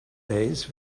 days